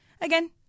again